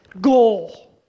goal